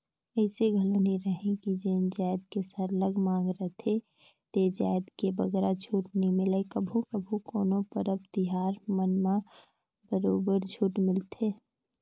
अइसे घलो नी रहें कि जेन जाएत के सरलग मांग रहथे ते जाएत में बगरा छूट नी मिले कभू कभू कोनो परब तिहार मन म बरोबर छूट मिलथे